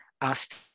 asked